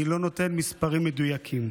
אני לא נותן מספרים מדויקים.